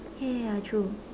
ya ya ya true